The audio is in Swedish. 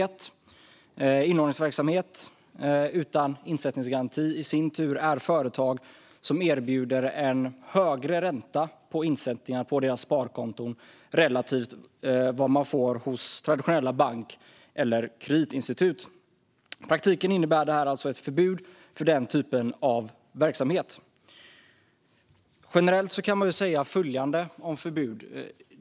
Företag med inlåningsverksamhet utan insättningsgaranti erbjuder en högre ränta på insättningar på deras sparkonton relativt vad man får hos traditionella bank eller kreditinstitut. I praktiken innebär det här alltså ett förbud för den typen av verksamhet. Generellt kan man säga följande om förbud.